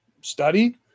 study